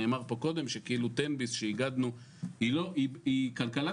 נאמר פה קודם שתן ביס שאיגדנו היא כלכלת